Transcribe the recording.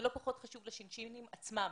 זה לא פחות חשוב לשין-שינים עצמם.